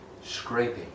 Scraping